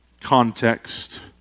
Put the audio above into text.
context